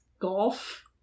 Golf